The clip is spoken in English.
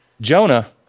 Jonah